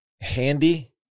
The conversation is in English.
handy